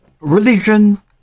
Religion